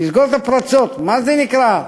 לסגור את הפרצות, מה זה נקרא?